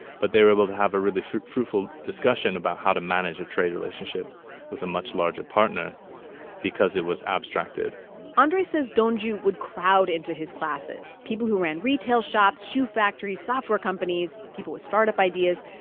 but they were able to have a really fruitful discussion about how to manage a trade relationship with a much larger partner because it was abstracted andray says donju would crowd into his classes people who ran retail shops, shoe factories, software companies, people with start-up ideas.